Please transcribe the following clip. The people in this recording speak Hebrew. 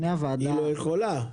היא לא יכולה,